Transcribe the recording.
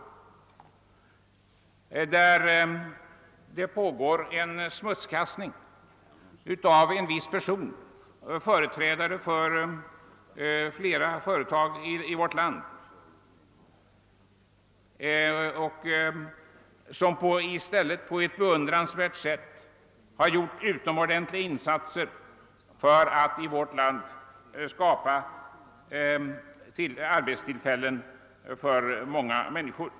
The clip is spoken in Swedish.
Jag tänker bland annat på den pågående smutskastningen av en viss person, företrädare för flera företag i vårt land, som i själva verket har på ett beundransvärt sätt gjort utomordentliga insatser för att skapa arbetstillfällen för många människor.